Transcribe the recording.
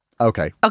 okay